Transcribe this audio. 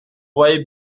voyez